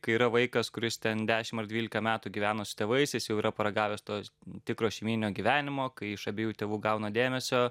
kai yra vaikas kuris ten dešim ar dvylika metų gyveno su tėvais jis jau yra paragavęs tos tikro šeimyninio gyvenimo kai iš abiejų tėvų gauna dėmesio